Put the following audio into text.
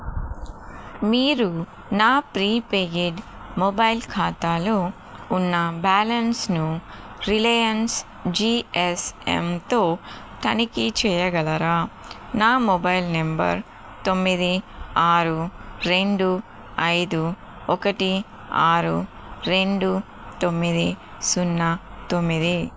మీరు నా prepaid mobile ఖాతాలో ఉన్న బ్యాలెన్స్ను రిలయన్స్ జీఎస్ఎమ్తో తనిఖీ చేయగలరా నా మొబైల్ నెంబర్ తొమ్మిది ఆరు రెండు ఐదు ఒకటి ఆరు రెండు తొమ్మిది సున్నా తొమ్మిది